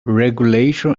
regulation